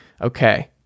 okay